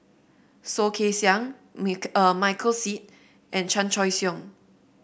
Soh Kay Siang Mic Michael Seet and Chan Choy Siong